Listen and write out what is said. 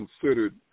considered